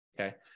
okay